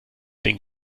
den